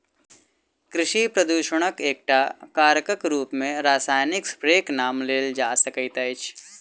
कृषि प्रदूषणक एकटा कारकक रूप मे रासायनिक स्प्रेक नाम लेल जा सकैत अछि